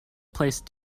placed